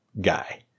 guy